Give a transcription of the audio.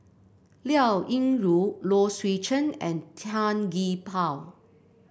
Liao Yingru Low Swee Chen and Tan Gee Paw